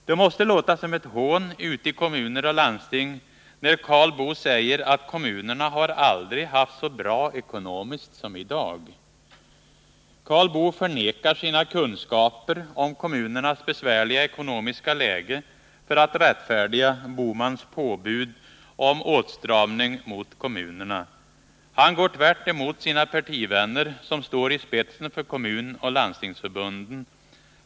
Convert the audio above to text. Det måste låta som ett hån ute i kommuner och landsting när Karl Boo säger att kommunerna har aldrig haft det så bra ekonomiskt som i dag. Karl Boo förnekar sina kunskaper om kommunernas besvärliga ekonomiska läge för att rättfärdiga Gösta Bohmans påbud om åtstramning mot kommunerna. Han går direkt emot sina partivänner som står i spetsen för kommunoch landstingsförbunden.